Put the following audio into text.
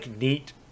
neat